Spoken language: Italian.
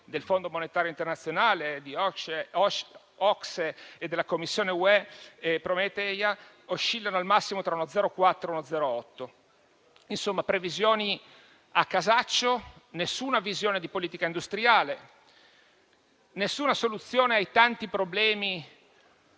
del Fondo monetario internazionale, dell'OCSE, della Commissione UE e di Prometeia oscillano al massimo tra un +0,4 per cento e un +0,8 per cento. Insomma, previsioni a casaccio, nessuna visione di politica industriale, nessuna soluzione ai tanti problemi